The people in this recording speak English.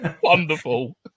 Wonderful